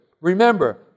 remember